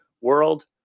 World